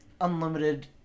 unlimited